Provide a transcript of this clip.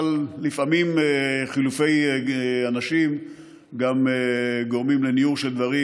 אבל לפעמים חילופי אנשים גם גורמים לניעור של דברים,